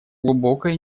глубокое